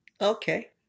Okay